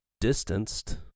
distanced